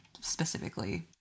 specifically